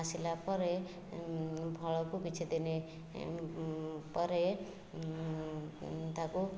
ଆସିଲା ପରେ ଫଳକୁ କିଛି ଦିନି ପରେ ତାକୁ